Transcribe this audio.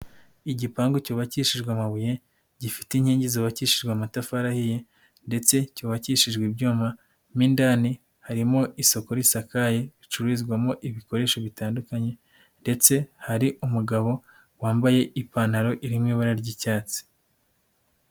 Igipangu cyubakishijwe amabuye, gifite inkingi zibakishijwe amatafari ahiye ndetse cyubakishijwe ibyuma, mo indani harimo isoku risakaye acururizwamo ibikoresho bitandukanye ndetse hari umugabo wambaye ipantaro iri m ibara ry'icyatsi.